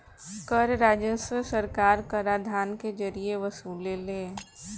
कर राजस्व सरकार कराधान के जरिए वसुलेले